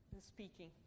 speaking